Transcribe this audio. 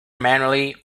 manually